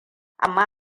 amma